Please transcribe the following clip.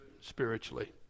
spiritually